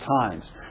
times